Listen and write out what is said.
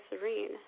serene